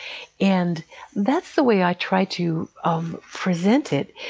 and that's the way i try to um present it,